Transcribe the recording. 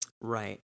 Right